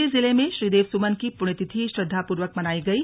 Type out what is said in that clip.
टिहरी जिले में श्रीदेव सुमन की पुण्यतिथि श्रद्वापूर्वक मनायी गयी